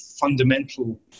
fundamental